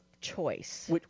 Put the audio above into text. choice